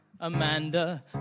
Amanda